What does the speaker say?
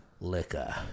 Liquor